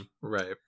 right